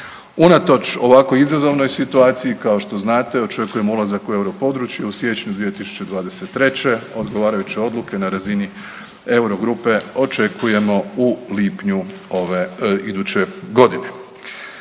Unatoč ovako izazovnoj situaciji, kao što znate, očekujemo ulazak u Euro područje, u siječnju 2023., odgovarajuće odluke na razini euro grupe očekujemo u lipnju ove, iduće godine.